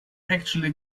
actually